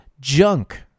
junk